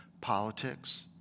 Politics